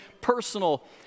personal